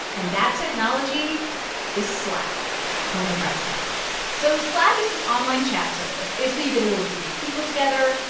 and that technology is slack oh, my god slack so slack is this online chat service. basically, you get a little group of people together,